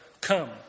Come